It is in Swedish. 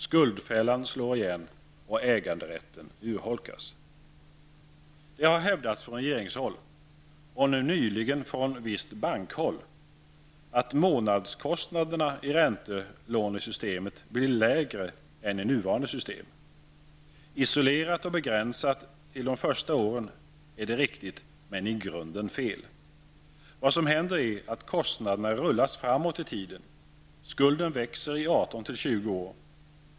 Skuldfällan slår igen och äganderätten urholkas. Det har hävdats från regeringshåll, och nu nyligen även från visst bankhåll, att månadskostnaden i räntelånesystemet blir lägre än i nuvarande system. Isolerat och begränsat till de första åren är det riktigt, men det är i grunden fel. Vad som händer är att kostnaderna rullas framåt i tiden. Skulden växer i 18--20 år.